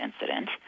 incident